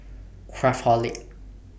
Craftholic